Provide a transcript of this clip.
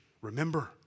Remember